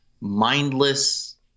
mindless